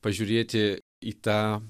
pažiūrėti į tą